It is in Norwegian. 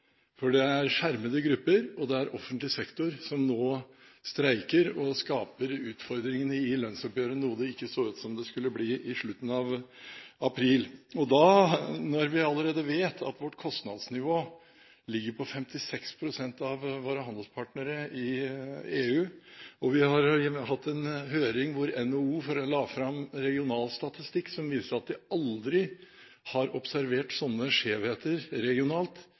for det er skjermede grupper og offentlig sektor som nå streiker og skaper utfordringene i lønnsoppgjøret, noe som ikke så ut til å skulle skje i slutten av april. Når vi allerede vet at vårt kostnadsnivå er 56 pst. av våre handelspartneres nivå i EU, og vi har hatt en høring hvor NHO la fram regionalstatistikk som viser at de aldri har observert sånne skjevheter regionalt